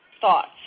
thoughts